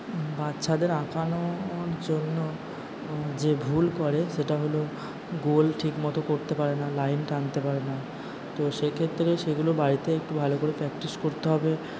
বাচ্চাদের আঁকানোর জন্য যে ভুল করে সেটা হল গোল ঠিকমতো করতে পারে না লাইন টানতে পারে না তো সেক্ষেত্রে সেগুলো বাড়িতে একটু ভালো করে প্র্যাকটিস করতে হবে